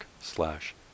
slash